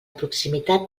proximitat